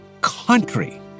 country